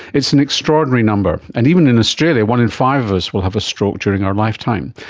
it's an extraordinary number. and even in australia one in five of us will have a stroke during our lifetime.